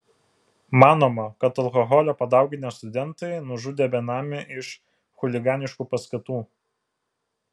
manoma kad alkoholio padauginę studentai nužudė benamį iš chuliganiškų paskatų